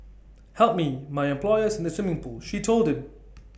help me my employer is in the swimming pool she told him